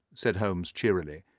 said holmes cheerily.